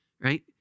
Right